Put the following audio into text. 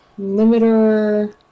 Limiter